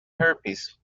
herpes